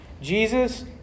Jesus